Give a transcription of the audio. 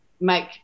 make